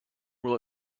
will